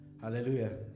Hallelujah